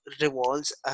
revolves